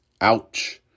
Ouch